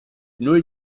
null